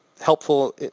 helpful